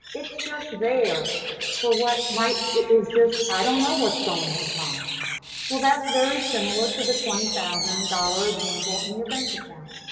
it's just there for what might is just. i don't know what's going to come well. that's very similar to the twenty thousand dollars example in your bank account.